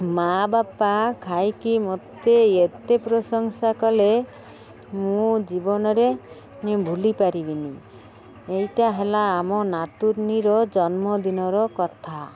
ମା ବାପା ଖାଇକି ମୋତେ ଏତେ ପ୍ରଶଂସା କଲେ ମୁଁ ଜୀବନରେ ମୁଇଁ ଭୁଲି ପାରିବିନି ଏଇଟା ହେଲା ଆମ ନାତୁଣିର ଜନ୍ମଦିନର କଥା